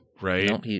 right